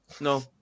No